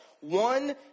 one